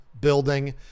building